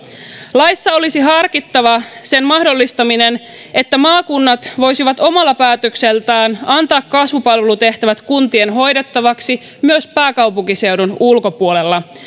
laissa olisi harkittava sen mahdollistamista että maakunnat voisivat omalla päätöksellään antaa kasvupalvelutehtävät kuntien hoidettavaksi myös pääkaupunkiseudun ulkopuolella